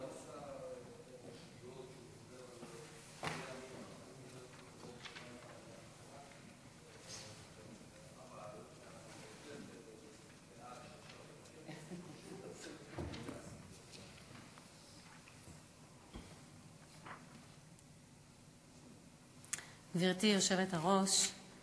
גברתי היושבת-ראש,